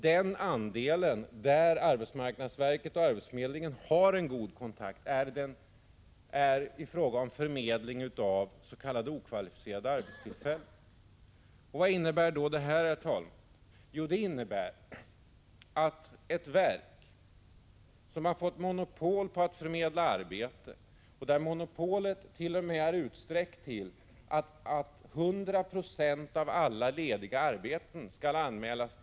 Den del av arbetsmarknaden där arbetsmarknadsverket och arbetsförmedlingen har en god kontakt gäller förmedling av s.k. okvalificerade arbetstillfällen. Vad innebär detta, herr talman? Det innebär att det verk som fått monopol på att förmedla arbete och dit 100 2& av alla lediga arbeten skall anmälas.